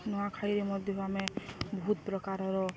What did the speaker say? ନୂଆଖାଇରେ ମଧ୍ୟ ଆମେ ବହୁତ ପ୍ରକାରର